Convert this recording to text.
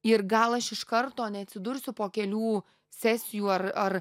ir gal aš iš karto neatsidursiu po kelių sesijų ar ar